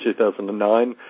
2009